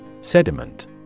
Sediment